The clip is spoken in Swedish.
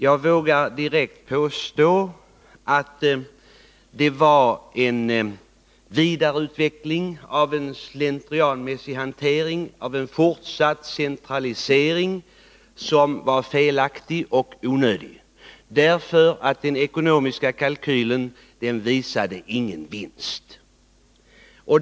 Jag vågar direkt påstå att indragningen av vägstationen var en vidareutveckling av en slentrianmässig hantering, av en fortsatt centralisering som var felaktig och onödig. Den ekonomiska kalkylen visade nämligen ingen vinst.